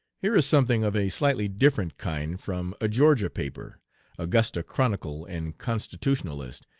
here is something of a slightly different kind from a georgia paper augusta chronicle and constitutionalist.